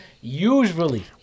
usually